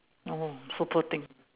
oh so poor thing